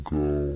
go